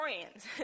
friends